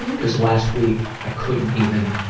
and because last week i couldn't even,